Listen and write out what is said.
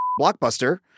blockbuster